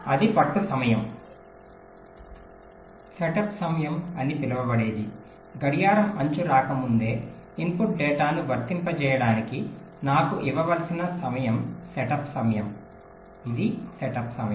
అది పట్టు సమయం సెటప్ సమయం అని పిలవబడేది గడియారం అంచు రాకముందే ఇన్పుట్ డేటాను వర్తింపజేయడానికి నాకు ఇవ్వవలసిన సమయం సెటప్ సమయం ఇది సెటప్ సమయం